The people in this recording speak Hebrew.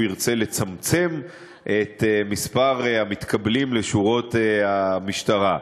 ירצה לצמצם את מספר המתקבלים לשורות המשטרה.